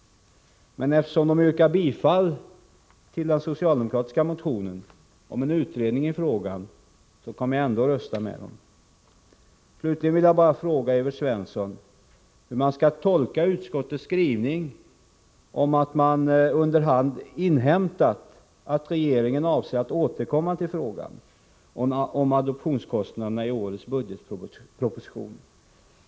Men eftersom de tillstyrker den socialdemokratiska motionen om en utredning i frågan kommer jag ändå att rösta med dem. Slutligen vill jag bara fråga Evert Svensson hur man skall tolka utskottets skrivning, att man under hand inhämtat att regeringen i årets budgetproposition avser att återkomma till frågan om adoptionskostnaderna.